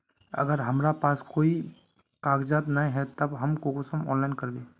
अगर हमरा पास कोई कागजात नय है तब हम कुंसम ऑनलाइन करबे?